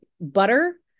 butter